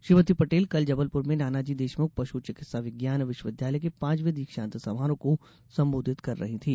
श्रीमती पटेल कल जबलपुर में नानाजी देशमुख पश् चिकित्सा विज्ञान विश्वविद्यालय के पांचवें दीक्षांत समारोह को संबोधित कर रही थी